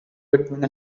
between